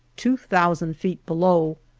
two thousand feet below,